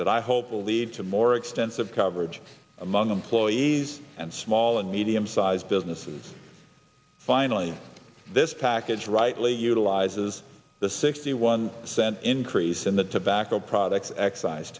that i hope will lead to more extensive coverage among employees and small and medium sized businesses finally this package rightly utilizes the sixty one cent increase in the tobacco products excise